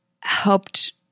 helped